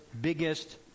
biggest